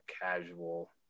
casual